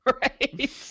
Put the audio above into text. Right